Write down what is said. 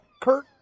Kurt